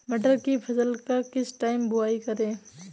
मटर की फसल का किस टाइम बुवाई करें?